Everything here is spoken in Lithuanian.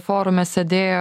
forume sėdėjo